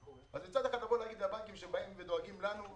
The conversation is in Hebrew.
אז להגיד שהבנקים דואגים לנו?